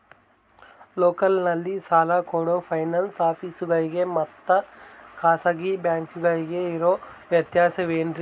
ಲೋಕಲ್ನಲ್ಲಿ ಸಾಲ ಕೊಡೋ ಫೈನಾನ್ಸ್ ಆಫೇಸುಗಳಿಗೆ ಮತ್ತಾ ಖಾಸಗಿ ಬ್ಯಾಂಕುಗಳಿಗೆ ಇರೋ ವ್ಯತ್ಯಾಸವೇನ್ರಿ?